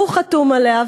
יחתום עליה,